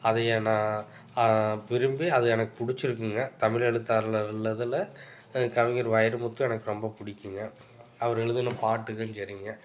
அதைய நான் விரும்பி அது எனக்கு பிடிச்சிருக்குங்க தமிழ் எழுத்தாளரில் இதில் கவிஞர் வைரமுத்து எனக்கு ரொம்ப பிடிக்குங்க அவரு எழுதின பாட்டுகளும் சரிங்க